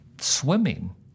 swimming